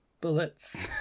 Bullets